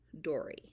Dory